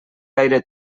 gaire